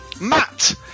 Matt